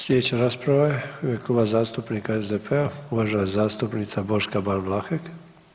Slijedeća rasprava je u ime Kluba zastupnika SDP-a, uvažena zastupnica Boška Ban Vlahek.